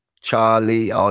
Charlie